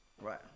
Right